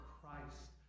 Christ